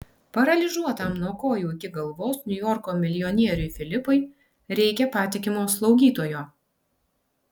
paralyžiuotam nuo kojų iki galvos niujorko milijonieriui filipui reikia patikimo slaugytojo